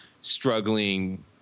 struggling